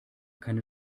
keine